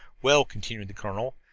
well, continued the colonel,